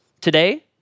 Today